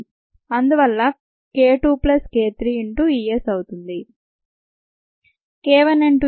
అందువల్ల k 2 plus k 3 into E S అవుతుంది